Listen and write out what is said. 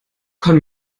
kann